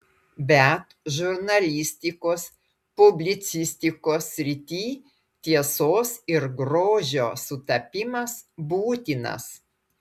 bet žurnalistikos publicistikos srityj tiesos ir grožio sutapimas būtinas